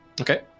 Okay